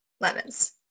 lemons